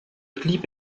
clip